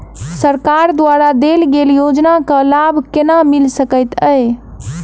सरकार द्वारा देल गेल योजना केँ लाभ केना मिल सकेंत अई?